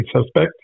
suspect